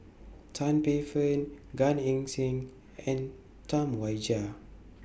Tan Paey Fern Gan Eng Seng and Tam Wai Jia